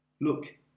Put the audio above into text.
look